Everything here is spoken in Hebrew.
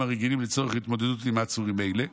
הרגילים לצורך התמודדות עם עצורים אלה.